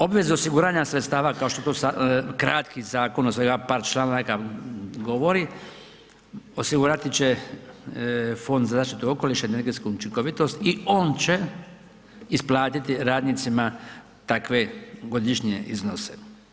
Obvezu osiguranja sredstava kao što to, kratki zakon od svega par članaka govori, osigurati će Fond za zaštitu okoliša i energetsku učinkovitost i on će isplatiti radnicima takve godišnje iznose.